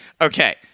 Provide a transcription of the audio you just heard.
Okay